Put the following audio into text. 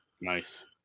Nice